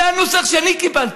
זה הנוסח שאני קיבלתי,